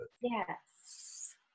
Yes